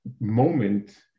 moment